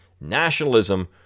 Nationalism